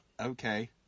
Okay